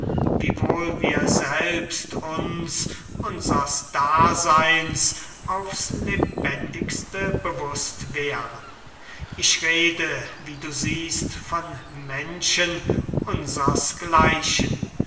wiewohl wir selbst uns unsers daseyns aufs lebendigste bewußt wären ich rede wie du siehst von menschen unsers gleichen